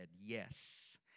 Yes